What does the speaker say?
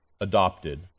adopted